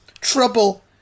Trouble